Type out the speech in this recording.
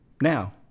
Now